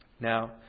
Now